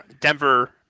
Denver